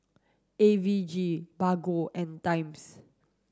A V G Bargo and Times